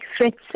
threats